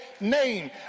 name